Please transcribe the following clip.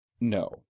no